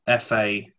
FA